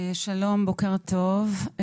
שלום, בוקר טוב.